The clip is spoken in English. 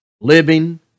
living